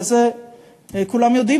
ואת זה כולם יודעים,